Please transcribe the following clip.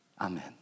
Amen